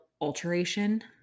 alteration